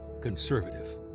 conservative